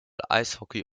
eishockey